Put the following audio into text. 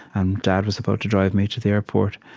and dad was about to drive me to the airport.